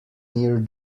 near